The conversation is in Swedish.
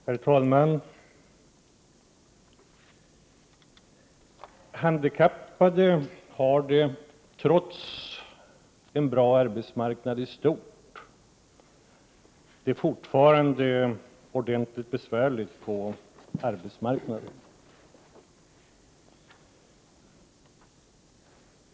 Herr talman! Handikappade har det, trots en bra arbetsmarknad i stort, fortfarande ordentligt besvärligt på arbetsmarknaden.